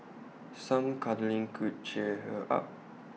some cuddling could cheer her up